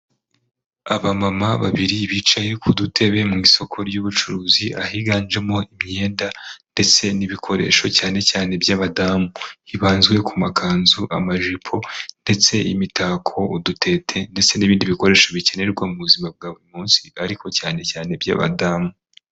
Abamama babiri bicaye ku dutebe mu isoko ry'ubucuruzi ahiganjemo imyenda ndetse n'ibikoresho cyane cyane iby'abadamu, hibanzwe ku makanzu, amajipo ndetse imitako, udutete ndetse n'ibindi bikoresho bikenerwa mu buzima bwa buri munsi ariko cyane cyane iby'abadamu.